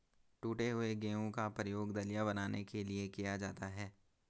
टूटे हुए गेहूं का प्रयोग दलिया बनाने के लिए किया जाता है